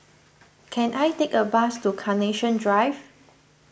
can I take a bus to Carnation Drive